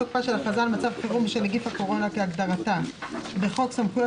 הכרזה על מצב חירום בשל נגיף הקורונה כהגדרתה בחוק סמכויות